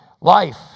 Life